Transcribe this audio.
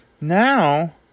now